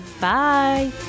Bye